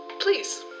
Please